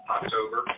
October